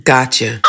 Gotcha